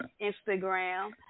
Instagram